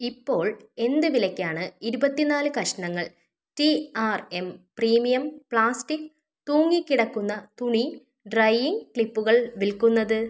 ഇപ്പോൾ എന്ത് വിലയ്ക്കാണ് ഇരുപത്തിനാല് കഷണങ്ങൾ T R M premium plastic തൂങ്ങി കിടക്കുന്ന തുണി ഡ്രൈയിംഗ് ക്ലിപ്പുകൾ വിൽക്കുന്നത്